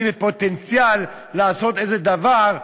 אני בפוטנציאל לעשות איזה דבר,